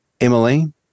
Emily